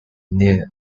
near